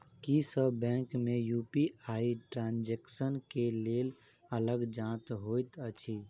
की सब बैंक मे UPI transaction केँ लेल अलग चार्ज होइत अछि?